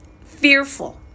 fearful